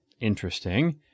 interesting